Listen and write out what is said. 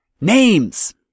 Names